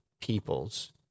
peoples